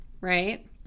right